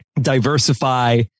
diversify